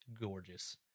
gorgeous